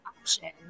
option